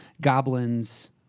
goblins